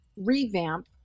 revamp